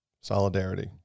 solidarity